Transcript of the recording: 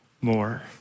more